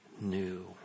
new